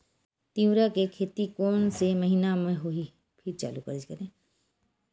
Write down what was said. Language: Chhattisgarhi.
तीवरा के खेती कोन से महिना म होही?